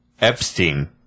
Epstein